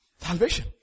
Salvation